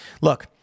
Look